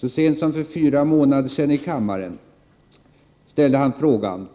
Så sent som för fyra månader sedan i kammaren ställde Lennart Andersson frågan: